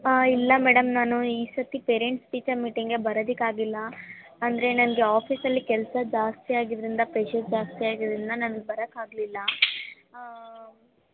ಹಾಂ ಇಲ್ಲ ಮೇಡಮ್ ನಾನು ಈ ಸತಿ ಪೇರೆಂಟ್ಸ್ ಟೀಚರ್ ಮೀಟಿಂಗೆ ಬರೋದಕ್ಕಾಗಿಲ್ಲ ಅಂದರೆ ನನಗೆ ಆಫೀಸಲ್ಲಿ ಕೆಲಸ ಜಾಸ್ತಿಯಾಗಿದ್ದರಿಂದ ಪ್ರೆಷರ್ ಜಾಸ್ತಿಯಾಗಿದ್ದರಿಂದ ನನ್ಗೆ ಬರೋಕ್ಕಾಗಲಿಲ್ಲಾ